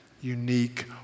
unique